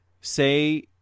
say